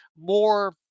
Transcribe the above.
more